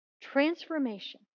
transformation